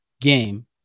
game